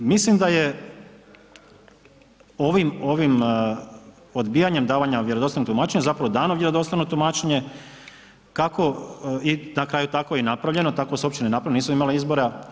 Mislim da je ovim odbijanjem davanja vjerodostojnog tumačenja zapravo dano vjerodostojno tumačenja, na kraju je tako i napravljeno, tako su općine napravile nisu imale izbora.